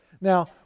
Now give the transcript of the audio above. Now